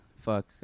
Fuck